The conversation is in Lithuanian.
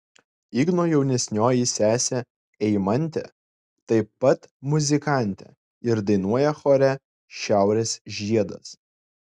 igno jaunesnioji sesė eimantė taip pat muzikantė ir dainuoja chore šiaurės žiedas